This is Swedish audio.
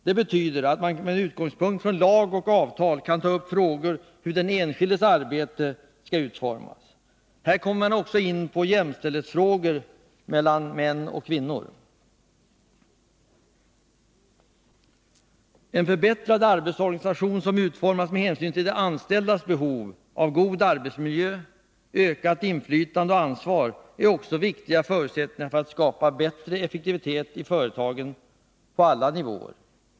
Det betyder att man med utgångspunkt i lag och avtal kan ta upp frågor om hur den enskildes arbete skall utformas. Här kommer man också in på frågor om jämställdhet mellan män och kvinnor. En förbättrad arbetsorganisation, som utformas med hänsyn till de anställdas behov av god arbetsmiljö och ökat inflytande och ansvar, är också en viktig förutsättning för att skapa bättre effektivitet på alla nivåer i företagen.